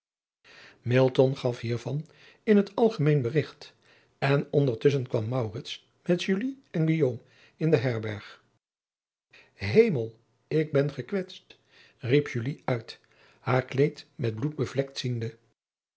gaf hiervan in het algemeen berigt en ondertusschen kwam met en in de herberg emel ik ben gekwetst riep uit haar kleed met bloed bevlekt ziende